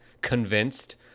convinced